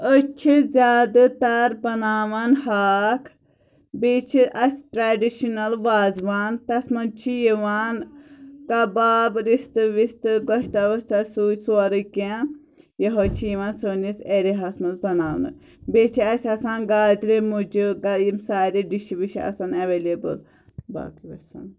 أسۍ چھِ زیادٕ تَر بَناوان ہاکھ بیٚیہِ چھِ اَسہِ ٹریڈِشنَل وازٕوان تَتھ منٛز چھِ یِوان کَباب رِستہٕ وِستہٕ گۄشتاب وۄشتاب سُے سورُے کیٚنٛہہ یِہَے چھُ یِوان سٲنِس ایرِیاہَس منٛز بَناونہٕ بیٚیہِ چھِ اَسہِ آسان گازرِ مُجہِ یِم سارے ڈِشہِ وِشہِ آسان ایٚویلیبُل باقٕے وسلام